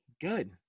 Good